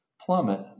plummet